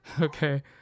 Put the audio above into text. Okay